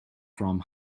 from